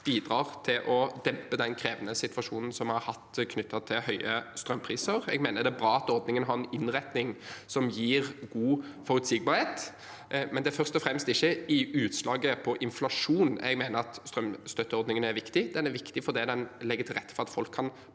bidrar til å dempe den krevende situasjonen vi har hatt knyttet til høye strømpriser. Jeg mener det er bra at ordningen har en innretning som gir god forutsigbarhet, men det er ikke først og fremst i utslaget på inflasjon jeg mener strømstøtteordningen er viktig. Den er viktig fordi den legger til rette for at folk kan